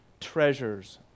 treasures